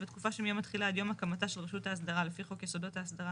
בתקופה שמיום התחילה עד יום הקמתה של רשות ההסדרה לפי חוק יסודות ההסדרה